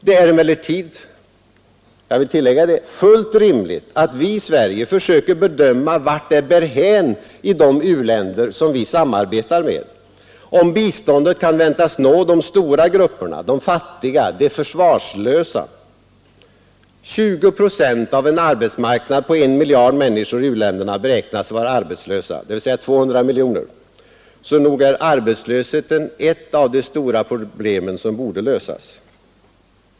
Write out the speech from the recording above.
Det är emellertid — jag vill tillägga det — fullt rimligt att vi i Sverige försöker bedöma vart det bär hän i de utvecklingsländer som vi samarbetar med, om biståndet kan väntas nå de stora grupperna — de fattiga, de försvarslösa. 20 procent av en arbetsmarknad på 1 miljard människor i u-länderna beräknas vara arbetslösa, dvs. 200 miljoner. Så nog är arbetslösheten ett av de stora problem som borde lösas.